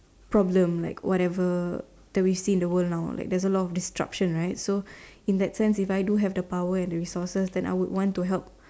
problem like whatever that we see in the world now like there's a lot of destruction right so in that sense if I do have the power and the resources then I would want to help